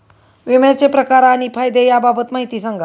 विम्याचे प्रकार आणि फायदे याबाबत माहिती सांगा